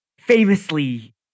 famously